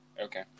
Okay